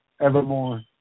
evermore